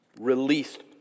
released